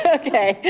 ah okay. and